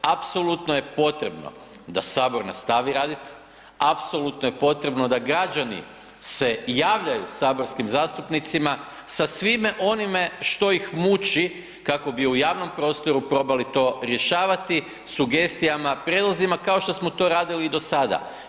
Apsolutno je potrebno da Sabor nastavi raditi, apsolutno je potrebno da građani se javljaju saborskim zastupnicima sa svime onime što ih muči kako bi u javnom prostoru probali to rješavati sugestijama, prijedlozima kao što smo to radili i do sada.